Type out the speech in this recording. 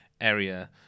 area